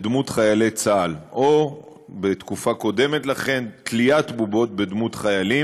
מתנגדים, אין נמנעים,